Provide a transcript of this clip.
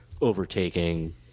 overtaking